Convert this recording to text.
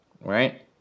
right